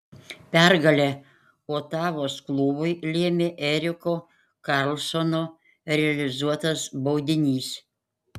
pergalę otavos klubui lėmė eriko karlsono realizuotas baudinys